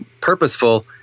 purposeful